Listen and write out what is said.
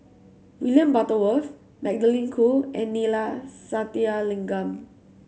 William Butterworth Magdalene Khoo and Neila Sathyalingam